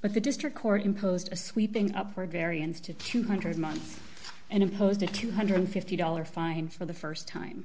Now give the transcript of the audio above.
but the district court imposed a sweeping upward variance to two hundred dollars a month and imposed a two one hundred and fifty dollars fine for the st time